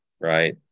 right